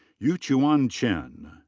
yu-chuan chen.